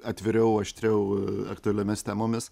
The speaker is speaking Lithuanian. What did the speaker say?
atviriau aštriau aktualiomis temomis